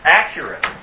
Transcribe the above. accurate